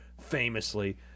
famously